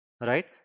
right